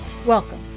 Welcome